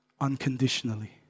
unconditionally